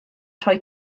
rhoi